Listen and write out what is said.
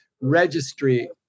Registry